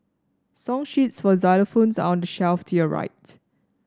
song sheets for xylophones are on the shelf to your right